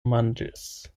manĝis